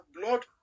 blood